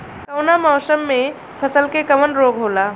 कवना मौसम मे फसल के कवन रोग होला?